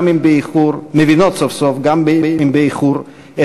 גם אם באיחור,